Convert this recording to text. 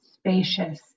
spacious